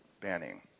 Banning